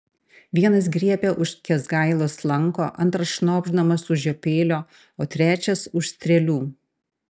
vienas griebia už kęsgailos lanko antras šnopšdamas už jo peilio o trečias už strėlių